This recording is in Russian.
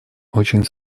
очень